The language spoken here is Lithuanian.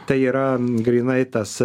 tai yra grynai tas